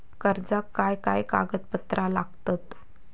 कर्जाक काय काय कागदपत्रा लागतत?